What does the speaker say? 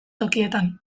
tokietan